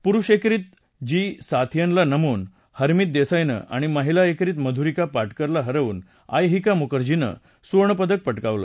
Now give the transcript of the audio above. पुरुष एकेरीत जी साथीयनला नमवून हरमीत देसाईनं आणि महिला एकेरीत मधुरिका पाटकरला हरवून अयहिका मुखर्जीनं सुवर्णपदक पटकावलं